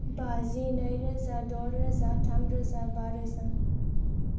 बाजि नैरोजा द'रोजा थामरोजा बारोजा